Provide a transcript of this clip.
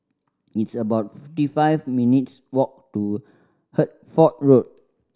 it's about fifty five minutes' walk to Hertford Road